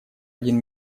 один